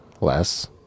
less